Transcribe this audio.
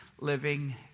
living